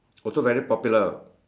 also very popular